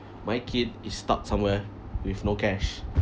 my kid is stuck somewhere with no cash